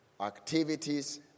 Activities